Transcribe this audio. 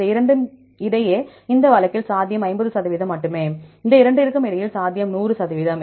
இந்த இரண்டு இடையே இந்த வழக்கில் சாத்தியம் 50 சதவீதம் மட்டுமே இந்த இரண்டிற்கும் இடையில் சாத்தியம் 100 சதவீதம்